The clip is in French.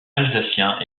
alsaciens